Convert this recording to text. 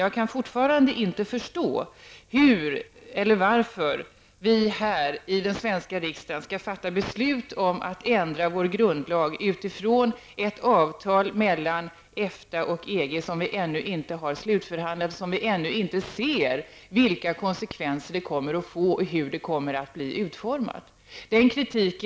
Jag kan fortfarande inte förstå varför vi här i den svenska riksdagen skall fatta beslut om att ändra vår grundlag med anledning av ett avtal mellan EFTA och EG, som vi ännu inte har slutförhandlat och vars konsekvenser och hur det kommer att bli utformat vi ännu inte känner till.